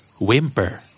Whimper